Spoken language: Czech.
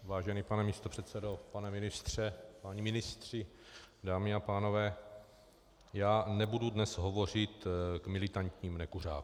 Vážený pane místopředsedo, pane ministře, páni ministři, dámy a pánové, já nebudu dnes hovořit k militantním nekuřákům.